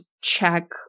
check